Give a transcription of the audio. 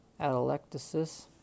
atelectasis